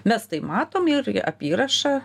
mes tai matom ir į apyrašą